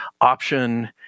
option